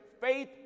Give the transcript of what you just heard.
faith